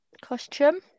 Costume